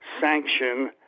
sanction